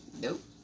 Nope